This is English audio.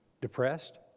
Depressed